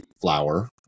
flour